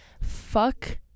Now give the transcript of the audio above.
fuck